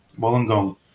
Wollongong